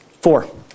Four